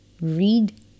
Read